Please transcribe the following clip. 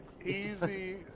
Easy